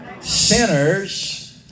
Sinners